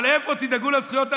אבל איפה, תדאגו לזכויות אדם.